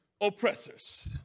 oppressors